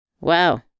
Wow